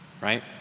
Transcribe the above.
right